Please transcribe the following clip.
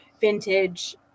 vintage